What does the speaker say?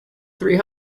three